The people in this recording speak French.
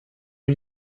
une